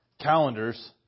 calendars